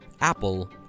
Apple